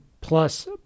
Plus